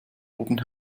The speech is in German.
oben